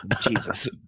jesus